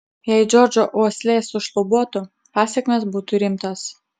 jei džordžo uoslė sušlubuotų pasekmės būtų rimtos